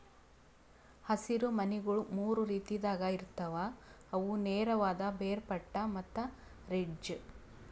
ಹಸಿರು ಮನಿಗೊಳ್ ಮೂರು ರೀತಿದಾಗ್ ಇರ್ತಾವ್ ಅವು ನೇರವಾದ, ಬೇರ್ಪಟ್ಟ ಮತ್ತ ರಿಡ್ಜ್